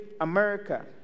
America